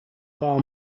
far